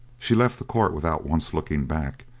she left the court without once looking back,